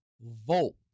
Vote